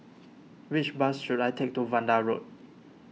which bus should I take to Vanda Road